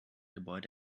gebäude